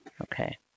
Okay